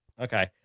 okay